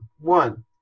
One